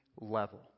level